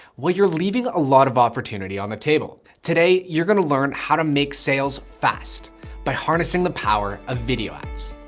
well you're leaving a lot of opportunity on the table. today, you're going to learn how to make sales fast by harnessing the power of video ads.